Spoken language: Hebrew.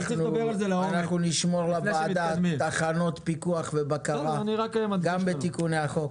אנחנו נשמור לוועדה תחנות פיקוח ובקרה גם בתיקוני החוק.